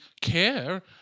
care